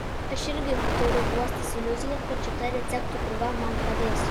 aš irgi turiu guostis iliuzija kad šita receptų krūva man padės